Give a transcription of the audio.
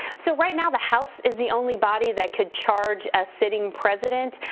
so right now the house is the only body that could charge a sitting president.